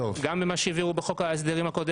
גם במה שהעבירו בחוק ההסדרים הקודם.